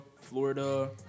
Florida